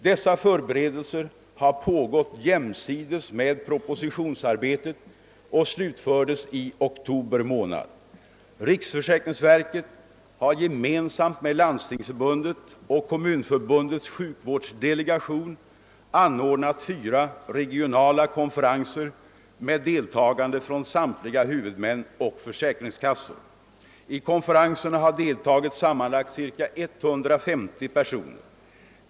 Dessa förberedelser har pågått jämsides med propositionsarbetet och slutfördes i oktober månad. Riksförsäkringsverket har gemensamt med Landstingsförbundet och Kommunförbundets sjukvårdsdelegation anordnat fyra regionala konferenser med deltagare från samtliga huvudmän och försäkringskassor. I konferenserna har deltagit sammanlagt cirka 150 personer.